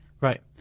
Right